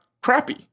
crappy